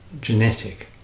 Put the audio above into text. genetic